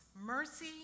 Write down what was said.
mercy